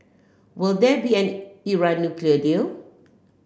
will there be an Iran nuclear deal